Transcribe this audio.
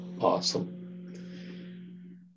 Awesome